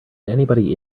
anybody